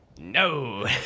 No